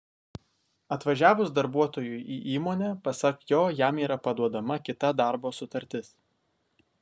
atvažiavus darbuotojui į įmonę pasak jo jam yra paduodama kita darbo sutartis